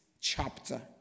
chapter